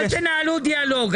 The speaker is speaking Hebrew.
אל תנהלו דיאלוג.